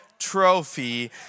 trophy